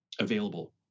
available